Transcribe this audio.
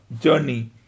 journey